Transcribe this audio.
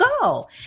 go